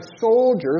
soldiers